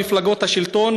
למפלגות השלטון